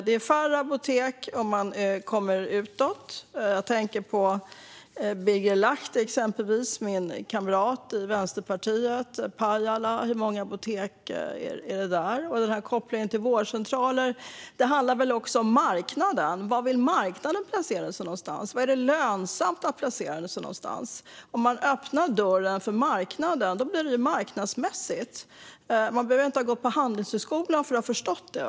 Det är färre apotek om man kommer utåt. Jag tänker på exempelvis Birger Lahti, min kamrat i Vänsterpartiet, som bor i Pajala. Hur många apotek finns det där? Vad gäller kopplingen till vårdcentraler handlar det väl också om marknaden. Var vill marknaden placera sig någonstans? Var är det lönsamt att placera sig? Om man öppnar dörren för marknaden blir det marknadsmässigt. Man behöver inte ha gått på Handelshögskolan för att förstå det.